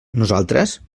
nosaltres